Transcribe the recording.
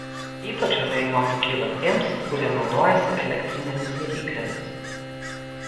ypač abejonių kyla tiems kurie naudojasi elektrinėmis viryklėmis